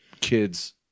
kids